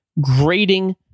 grading